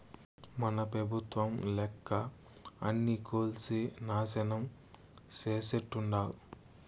మన పెబుత్వం లెక్క అన్నీ కూల్సి నాశనం చేసేట్టుండావ్